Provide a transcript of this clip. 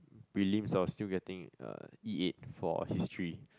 prelims I was still getting uh E eight for History